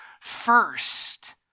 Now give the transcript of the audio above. first